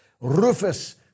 Rufus